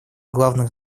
главных